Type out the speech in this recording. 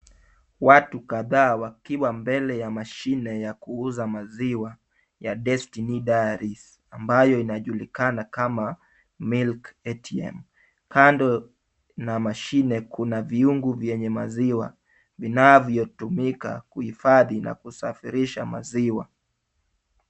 Watu kadhaa wakiwa mbele ya mashine ya kuuza maziwa ya Destiny Dairies, ambayo inajulikana kama milk ATM. Kando na mashine kuna vyungu vyenye maziwa, vinavyotumika kuhifadhi na kusafirisha maziwa.